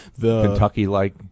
Kentucky-like